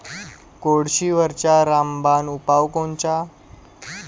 कोळशीवरचा रामबान उपाव कोनचा?